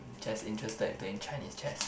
just interested in playing Chinese chess